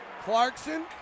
Clarkson